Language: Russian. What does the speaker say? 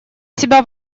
себя